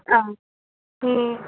ஆ ம்